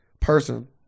person